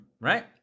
right